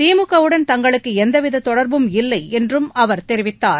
திமுகவுடன் தங்களுக்கு எந்தவித தொடர்பும் இல்லை என்றும் அவர் தெரிவித்தார்